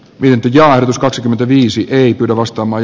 vienti ja yritys kaksikymmentäviisi ei pidä vastaamaan